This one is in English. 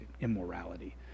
immorality